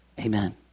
amen